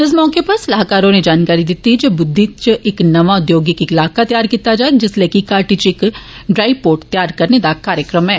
इस मौके सलाहकार होरे जानकारी दित्ती जे बुद्धि च इक नमां उद्योगिक इलाका तयार कीता जाग जिसलै कि गाटी च इक ड्राई पोर्ट त्यार करने दा कार्यक्रम ऐ